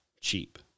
cheap